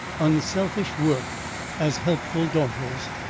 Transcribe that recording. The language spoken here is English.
unselfish work as helpful daughters,